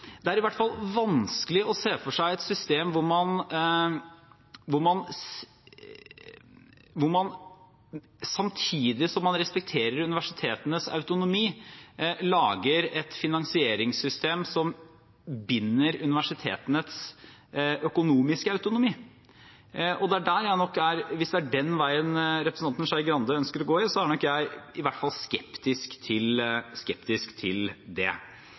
Det betyr i hvert fall at det er vanskelig å se for seg et system hvor man samtidig som man respekterer universitetenes autonomi, lager et finansieringssystem som binder universitetenes økonomiske autonomi. Hvis det er den veien representanten Skei Grande ønsker å gå, er nok jeg i hvert fall skeptisk til det.